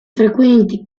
frequenti